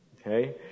Okay